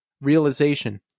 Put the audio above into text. realization